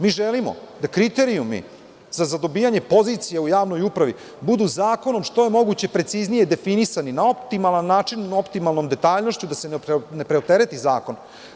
Mi želimo da kriterijumi za dobijanje pozicija u javnoj upravi budu zakonom što je moguće preciznije definisani, na optimalan način, optimalnom detaljnošću, da se ne preoptereti zakon.